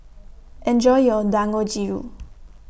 Enjoy your Dangojiru